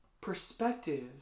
Perspective